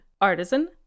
Artisan